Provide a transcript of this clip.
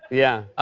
yeah.